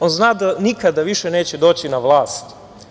On zna da nikada više neće doći na vlast.